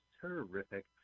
terrific